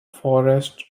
forest